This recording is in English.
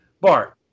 Bart